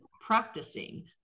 Practicing